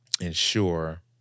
ensure